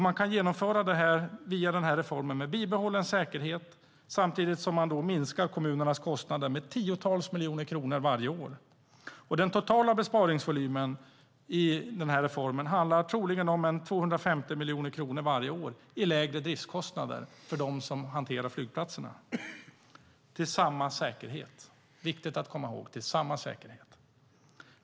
Man kan genomföra denna reform med bibehållen säkerhet samtidigt som man minskar kommunernas kostnader med tiotals miljoner kronor varje år. Den totala besparingsvolymen blir troligen 250 miljoner kronor varje år i lägre driftskostnader för dem som hanterar flygplatserna. Med samma säkerhet, är viktigt att komma ihåg.